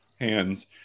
hands